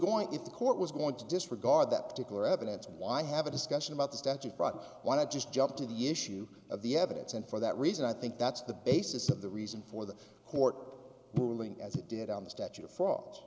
the court was going to disregard that particular evidence why have a discussion about the statute brought want to just jump to the issue of the evidence and for that reason i think that's the basis of the reason for the court ruling as it did on the statute of fr